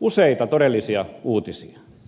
useita todellisia uutisia